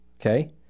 okay